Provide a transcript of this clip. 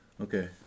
Okay